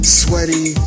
sweaty